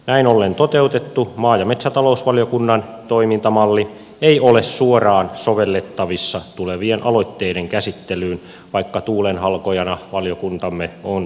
näin ollen toteutettu maa ja metsätalousvaliokunnan toimintamalli ei ole suoraan sovellettavissa tulevien aloitteiden käsittelyyn vaikka tuulenhalkojana valiokuntamme on toiminut